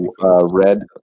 red